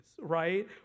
right